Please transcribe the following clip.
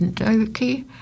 okay